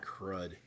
crud